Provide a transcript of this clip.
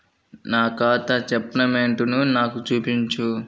నా ఖాతా స్టేట్మెంట్ను నాకు చూపించు